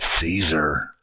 Caesar